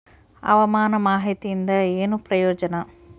ಹವಾಮಾನ ಮಾಹಿತಿಯಿಂದ ಏನು ಪ್ರಯೋಜನ?